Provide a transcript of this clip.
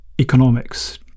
economics